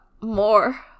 More